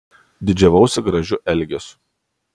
didžiavausi gražiu elgesiu